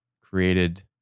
created